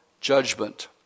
Judgment